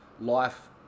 life